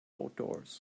outdoors